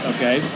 Okay